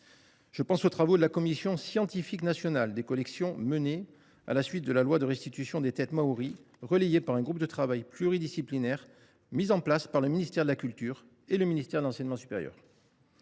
Je pense aux travaux de la Commission scientifique nationale des collections menés à la suite de la loi de restitution des têtes maories, relayés par un groupe de travail pluridisciplinaire mis en place par le ministère de la culture et le ministère de l’enseignement supérieur.